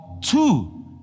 two